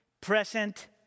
present